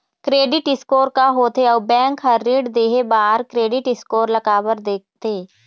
Credit score का होथे अउ बैंक हर ऋण देहे बार क्रेडिट स्कोर ला काबर देखते?